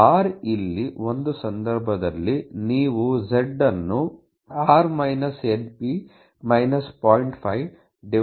r ನಲ್ಲಿ ಒಂದು ಸಂದರ್ಭದಲ್ಲಿ ನೀವು z ಅನ್ನು r np 0